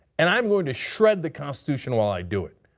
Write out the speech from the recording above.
and i am going to shred the constitution while i do it.